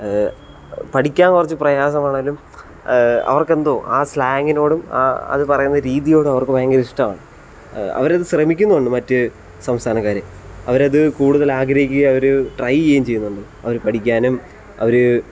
പഠിക്കാൻ കുറച്ചു പ്രയാസമാണെങ്കിലും അവർക്കു എന്തോ ആ സ്ലാങ്ങിനോടും അത് പറയുന്ന രീതിയോടും അവർക്കു ഭയങ്കര ഇഷ്ടവാ അവരതു ശ്രമിക്കുന്നുണ്ട് മറ്റ് സംസ്ഥാനക്കാർ അവരത് കൂടുതൽ ആഗ്രഹിക്കുകയും അവർ ട്രൈ ചെയ്യുകയും ചെയ്യുന്നുണ്ട് അവർ പഠിക്കാനും അവർ